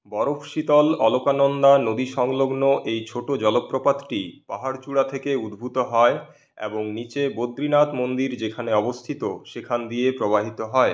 বরফ শীতল অলকানন্দা নদী সংলগ্ন এই ছোট জলপ্রপাতটি পাহাড়চূড়া থেকে উদ্ভূত হয় এবং নীচে বদ্রীনাথ মন্দির যেখানে অবস্থিত সেখান দিয়ে প্রবাহিত হয়